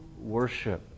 worship